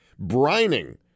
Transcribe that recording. brining